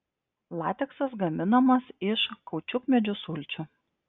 lateksas gaminamas iš kaučiukmedžių sulčių